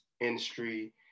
industry